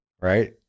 right